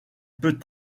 peut